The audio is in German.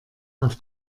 auf